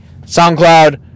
SoundCloud